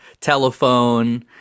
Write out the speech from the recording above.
telephone